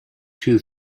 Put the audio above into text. two